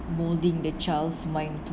molding the child's mind